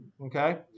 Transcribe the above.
Okay